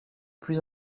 plus